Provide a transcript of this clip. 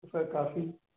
तो फिर काफी